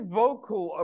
vocal